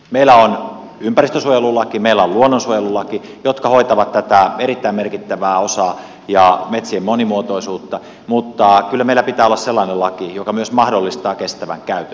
meillä on ympäristönsuojelulaki meillä on luonnonsuojelulaki jotka hoitavat tätä erittäin merkittävää osaa ja metsien monimuotoisuutta mutta kyllä meillä pitää olla sellainen laki joka myös mahdollistaa kestävän käytön